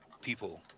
people